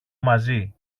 μαζί